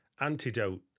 antidote